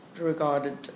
regarded